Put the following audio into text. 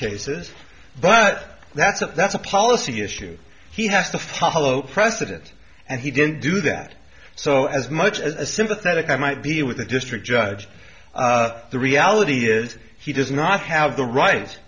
cases but that's a that's a policy issue he has to follow president and he didn't do that so as much as a sympathetic i might be with the district judge the reality is he does not have the right